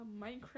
Minecraft